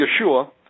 Yeshua